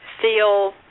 feel